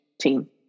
team